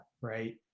right